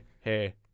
hey